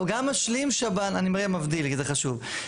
גם משלים שב"ן, אני מבדיל, זה חשוב.